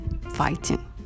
fighting